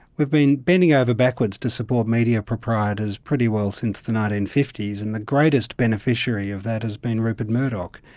we've been bending ah over backwards to support media proprietors pretty well since the nineteen fifty, and the greatest beneficiary of that has been rupert murdoch.